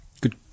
Good